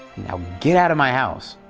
now, get out of my house!